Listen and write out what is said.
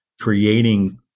creating